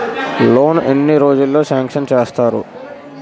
Loan ఎన్ని రోజుల్లో sanction చేస్తారు?